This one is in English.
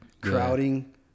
crowding